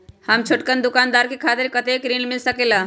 हम छोटकन दुकानदार के खातीर कतेक ऋण मिल सकेला?